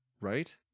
right